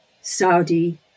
Saudi